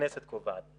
הכנסת קובעת.